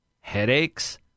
headaches